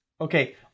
okay